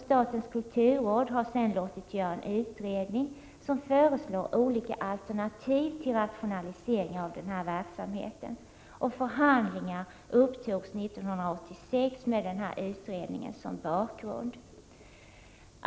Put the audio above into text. Statens kulturråd har sedan låtit göra en utredning som föreslår olika alternativ till rationalisering av den här verksamheten. Förhandlingar upptogs 1986 med denna utredning som bakgrund.